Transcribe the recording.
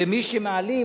ומי שמעלים,